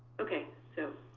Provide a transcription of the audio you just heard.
ok, so,